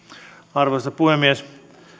arvoisa puhemies